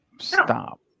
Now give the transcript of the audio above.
stop